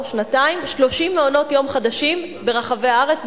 שנתיים 30 מעונות-יום חדשים ברחבי הארץ,